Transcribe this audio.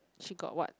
she got what